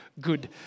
good